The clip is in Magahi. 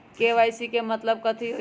के.वाई.सी के मतलब कथी होई?